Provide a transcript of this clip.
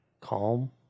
Calm